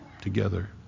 together